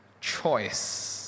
choice